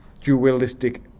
dualistic